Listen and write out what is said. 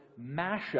mashup